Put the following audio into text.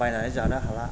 बायनानै जानो हाला